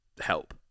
help